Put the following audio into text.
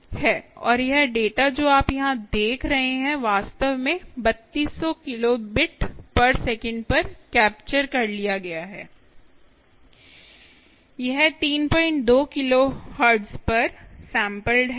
और यह डेटा जो आप यहां देख रहे हैं वास्तव में 3200 किलोबिट सेकंड पर कैपचर कर लिया गया है यह 32 किलोहर्ट्ज़ पर सैंपलड है